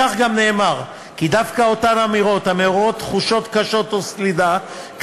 כך גם נאמר כי דווקא אותן אמירות המעוררות תחושות קשות או סלידה,